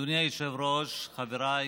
אדוני היושב-ראש, חבריי